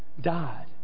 died